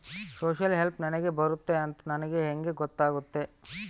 Social help ನನಗೆ ಬರುತ್ತೆ ಅಂತ ನನಗೆ ಹೆಂಗ ಗೊತ್ತಾಗುತ್ತೆ?